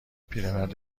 پیرمرد